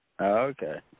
Okay